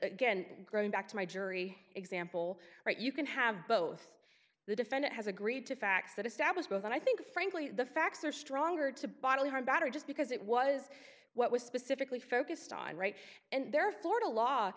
again growing back to my jury example right you can have both the defendant has agreed to facts that established both and i think frankly the facts are stronger to bodily harm better just because it was what was specifically focused on right and there florida law